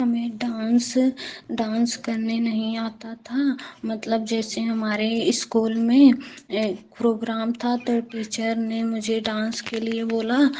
हमें डांस करना नहीं आता था मतलब जैसे हमारे स्कूल में प्रोग्राम था तो टीचर ने मुझे डांस के लिए बोला